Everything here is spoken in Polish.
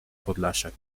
podlasiak